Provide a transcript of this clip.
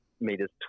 meters